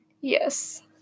Yes